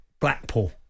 Blackpool